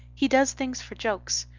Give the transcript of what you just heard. he does things for jokes.